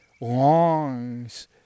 longs